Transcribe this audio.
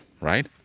right